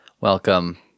welcome